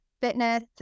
Fitness